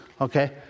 Okay